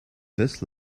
this